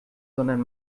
sondern